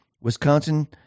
wisconsin